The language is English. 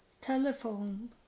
telephone